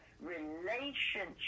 relationship